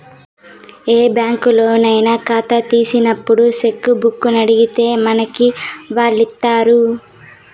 ఏ బ్యాంకులోనయినా కాతా తీసినప్పుడు చెక్కుబుక్కునడిగితే మనకి వాల్లిస్తారు